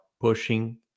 pushing